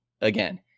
again